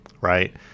right